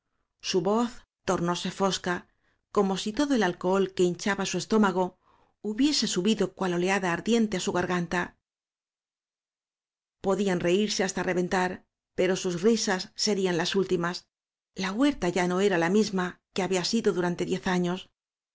su voz tornóse fosca como si todo el alcohol que hinchaba su estó mago hubiese subido cual oleada ardiente á su ar o o gran ta podían reírse hasta reventar pero sus risas serían las últimas la huerta ya no era la misma que había sido durante diez años